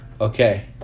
Okay